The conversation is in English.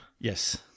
Yes